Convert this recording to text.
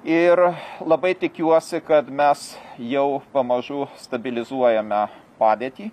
ir labai tikiuosi kad mes jau pamažu stabilizuojame padėtį